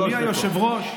אדוני היושב-ראש,